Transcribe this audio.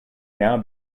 now